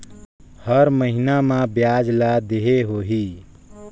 हर महीना मा ब्याज ला देहे होही?